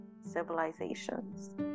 civilizations